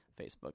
Facebook